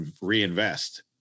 reinvest